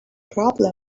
problem